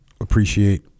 appreciate